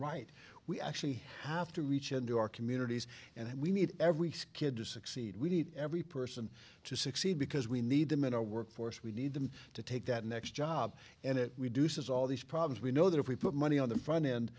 right we actually have to reach into our communities and we need every skid to succeed we need every person to succeed because we need them in our workforce we need them to take that next job and it we do says all these problems we know that if we put money on the front end